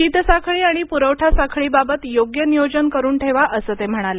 शीत साखळी आणि पुरवठा साखळी बाबत योग्य नियोजन करून ठेवा असं ते म्हणाले